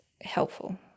helpful